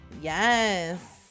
yes